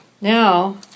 now